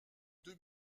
deux